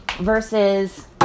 Versus